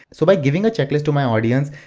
so by giving a checklist to my audience,